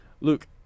Luke